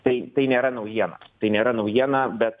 tai tai nėra naujiena tai nėra naujiena bet